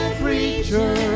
preacher